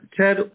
Ted